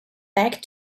back